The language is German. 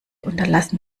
unterlassen